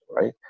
right